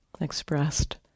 expressed